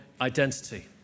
identity